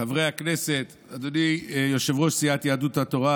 חברי הכנסת, אדוני יושב-ראש סיעת יהדות התורה